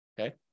Okay